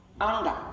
anger